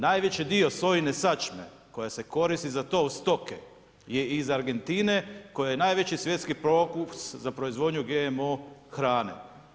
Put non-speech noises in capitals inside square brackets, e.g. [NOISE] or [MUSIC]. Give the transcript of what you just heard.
Najveći dio sojine sačme koja se koristi za tov stoke je iz Argentine koja je najveći svjetski ... [UNINTELLIGIBLE] za proizvodnju GMO hrane.